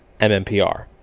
MMPR